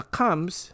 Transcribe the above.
comes